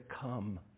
come